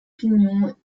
pignons